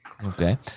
Okay